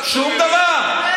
שום דבר.